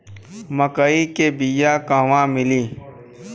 मक्कई के बिया क़हवा मिली?